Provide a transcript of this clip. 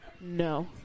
No